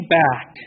back